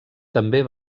també